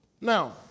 Now